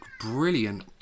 brilliant